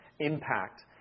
impact